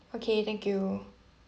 okay thank you